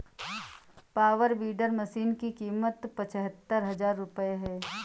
power weeder machine की कीमत पचहत्तर हजार रूपये है